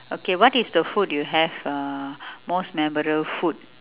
okay what is the food you have uh most memorable food